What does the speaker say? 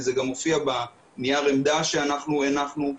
וזה גם מופיע בנייר עמדה שאנחנו הנחנו,